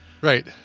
Right